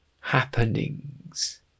happenings